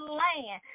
land